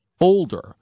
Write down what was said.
older